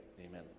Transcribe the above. Amen